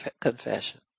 confession